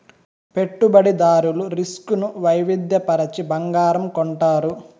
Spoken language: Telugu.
పెట్టుబడిదారులు రిస్క్ ను వైవిధ్య పరచి బంగారం కొంటారు